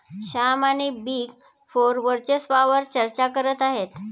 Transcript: श्याम आणि big four वर्चस्वावार चर्चा करत आहेत